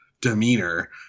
demeanor